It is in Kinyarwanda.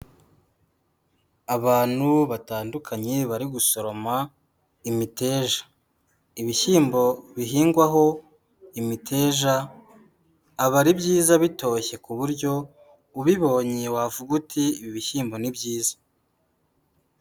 Abantu batandukanye bari gusoroma imiteja, ibishyimbo bihingwaho imiteja aba ari byiza bitoshye ku buryo ubibonye wavuga uti ibi bishyimbo ni byiza.